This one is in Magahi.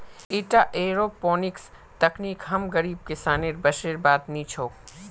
ईटा एयरोपोनिक्स तकनीक हम गरीब किसानेर बसेर बात नी छोक